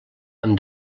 amb